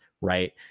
right